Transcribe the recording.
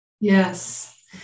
Yes